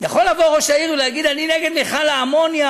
יכול לבוא ראש העיר ולהגיד: אני נגד מכל האמוניה,